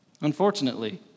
unfortunately